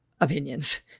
opinions